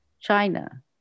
China